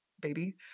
baby